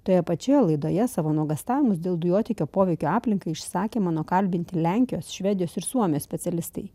toje pačioje laidoje savo nuogąstavimus dėl dujotiekio poveikio aplinkai išsakė mano kalbinti lenkijos švedijos ir suomijos specialistai